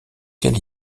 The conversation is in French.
quel